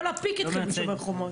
כל הפיק התחיל בשומר חומות.